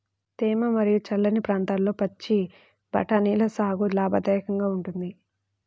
తేమ మరియు చల్లని ప్రాంతాల్లో పచ్చి బఠానీల సాగు లాభదాయకంగా ఉంటుంది